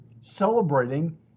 celebrating